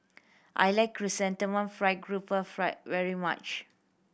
I like Chrysanthemum Fried Garoupa fried very much